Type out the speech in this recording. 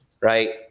right